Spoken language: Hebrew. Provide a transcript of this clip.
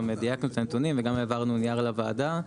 דייקנו את הנתונים וגם העברנו נייר לוועדה.